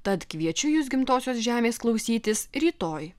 tad kviečiu jus gimtosios žemės klausytis rytoj